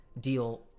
deal